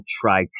try